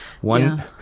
One